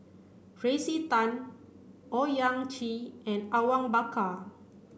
Tracey Tan Owyang Chi and Awang Bakar